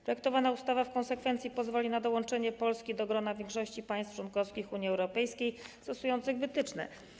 Projektowana ustawa w konsekwencji pozwoli na dołączenie Polski do grona większości państw członkowskich Unii Europejskiej stosujących wytyczne.